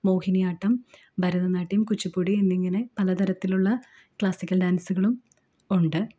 മോഹിനിയാട്ടം ഭരതനാട്യം കുച്ചിപ്പുടി എന്നിങ്ങനെ പലതരത്തിലുള്ള ക്ലാസിക്കൽ ഡാൻസുകളും ഉണ്ട്